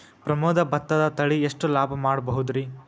ಪ್ರಮೋದ ಭತ್ತದ ತಳಿ ಎಷ್ಟ ಲಾಭಾ ಮಾಡಬಹುದ್ರಿ?